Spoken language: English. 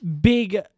big